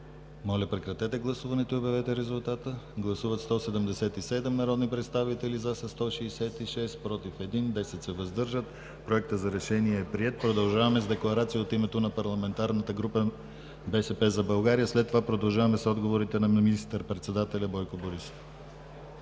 Моля, гласувайте. Гласували 177 народни представители: за 166, против 1, въздържали се 10. Проектът за решение е приет. Продължаваме с декларация от името на парламентарната група на „БСП за България“. След това продължаваме с отговорите на министър-председателя Бойко Борисов.